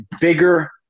bigger